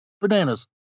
bananas